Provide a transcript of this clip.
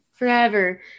Forever